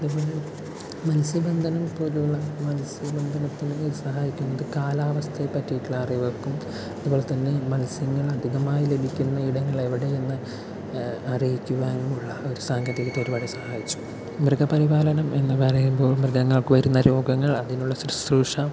അതേപോലെ മത്സ്യബന്ധനം പോലുള്ള മത്സ്യബന്ധനത്തിന് സഹായിക്കുന്നത് കാലാവസ്ഥയെ പറ്റിയിട്ടുള്ള അറിവായിരിക്കും അതുപോലെ തന്നെ മത്സ്യങ്ങൾ അധികമായി ലഭിക്കുന്ന ഇടങ്ങൾ എവിടെയെന്ന് അറിയിക്കുവാനുമുള്ള ഒരു സാങ്കേതികവിദ്യ ഒരുപാട് സഹായിച്ചു മൃഗപരിപാലനം എന്ന് പറയുമ്പോൾ മൃഗങ്ങൾക്ക് വരുന്ന രോഗങ്ങൾ അതിനുള്ള ശുശ്രൂഷ